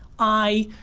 i